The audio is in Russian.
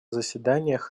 заседаниях